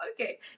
okay